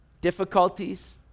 Difficulties